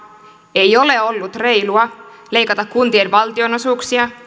ei ole ollut reilua leikata kuntien valtionosuuksia